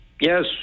yes